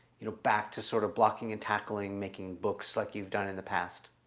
you know back to sort of blocking and tackling making books like you've done in the past.